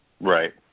Right